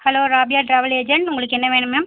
hello Rabia travel agent உங்களுக்கு என்ன வேணும் மேம்